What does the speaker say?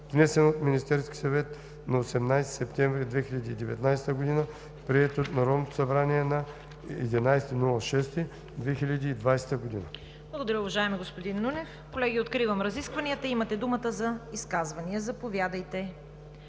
внесен от Министерския съвет на 18 септември 2019 г., приет от Народното събрание на 11 юни 2020 г.“